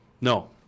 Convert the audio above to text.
No